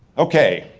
okay,